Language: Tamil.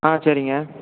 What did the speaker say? ஆ சரிங்க